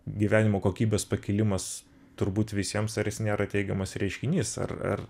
gyvenimo kokybės pakilimas turbūt visiems ar jis nėra teigiamas reiškinys ar ar